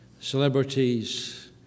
celebrities